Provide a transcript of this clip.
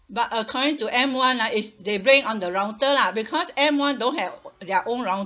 but according to m one ah is they blame on the router lah because m one don't have their own router